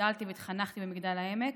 גדלתי והתחנכתי במגדל העמק,